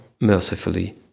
mercifully